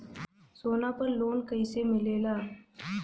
सोना पर loan कइसे मिलेला?